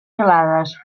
gelades